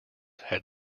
had